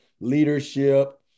leadership